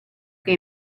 che